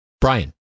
Brian